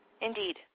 indeed